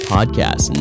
Podcast